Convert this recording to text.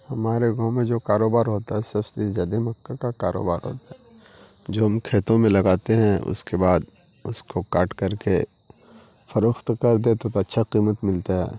ہمارے گاؤں میں جو کاروبار ہوتا ہے سب سے زیادہ مکا کا کاروبار ہوتا ہے جو ہم کھیتوں میں لگاتے ہیں اس کے بعد اس کو کاٹ کر کے فروخت کر دے تو تو اچھا قیمت ملتا ہے